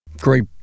Great